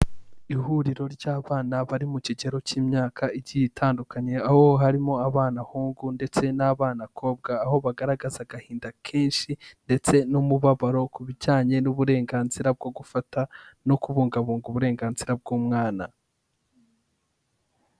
Ihuriro ry'abana bari mu kigero cy'imyaka igiye itandukanye, aho harimo abana hungu ndetse n'abana kobwa, aho bagaragaza agahinda kenshi ndetse n'umubabaro ku bijyanye n'uburenganzira bwo gufata no kubungabunga uburenganzira bw'umwana.